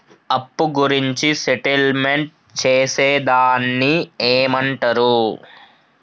అప్పు గురించి సెటిల్మెంట్ చేసేదాన్ని ఏమంటరు?